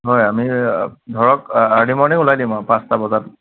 হয় আমি ধৰক আৰ্লি মৰ্ণিং ওলাই দিম আৰু পাঁচটা বজাত